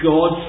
God